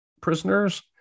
prisoners